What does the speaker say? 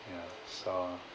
yeah so